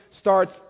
starts